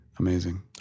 Amazing